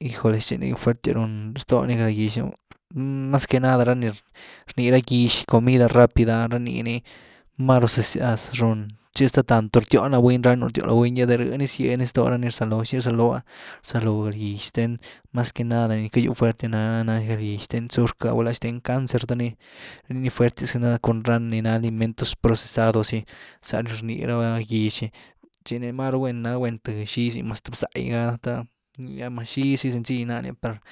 ¡hijoles!, tchi nii fuertias run stoony galgyx, mas que nada rá ni rnii ra gýx comida rápida, ra nii ni máru zëzyas rún, tchi hasta tanto rtyóhny la buny, ranu rtióh ni la buny’gy ah de rëh ni zied sto rani rzaloo, ¿xi rzaloo’ah? Rzaloo galgyx xten mas que nada nii ckagýw fuertias ná’ah na galgyx xten zurc ah, gulá xten cáncer te nini fuertias na cun rani nani alimentos procesados gy, za ni rnii ra gyx gy, xini máru guen, ná guen th xigazy, mas th bzá’gy ah thë, nii ah mas xi zy sencill nani per.